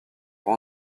pour